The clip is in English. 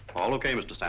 all okay, mr.